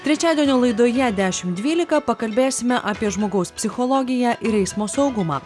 trečiadienio laidoje dešimt dvylika pakalbėsime apie žmogaus psichologiją ir eismo saugumą